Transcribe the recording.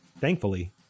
Thankfully